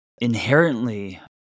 inherently